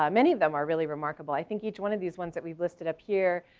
um many of them are really remarkable. i think each one of these ones that we've listed up here,